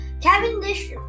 Cavendish